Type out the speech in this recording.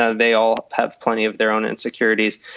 ah they all have plenty of their own insecurities.